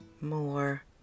more